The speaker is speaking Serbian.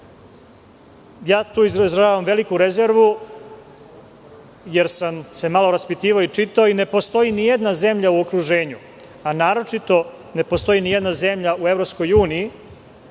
izražavam veliku rezervu, jer sam se malo raspitivao i čitao i ne postoji nijedna zemlja u okruženju, a naročito ne postoji nijedna zemlja u EU u kojoj